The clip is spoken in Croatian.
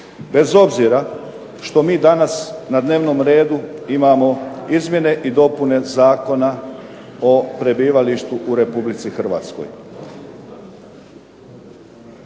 bez obzira što mi danas na dnevnom redu imamo izmjene i dopune Zakona o prebivalištu u Republici Hrvatskoj.